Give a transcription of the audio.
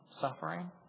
suffering